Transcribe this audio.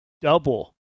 double